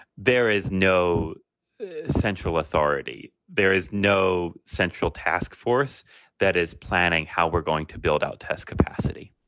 there is no central authority. there is no central task force that is planning how we're going to build out test capacity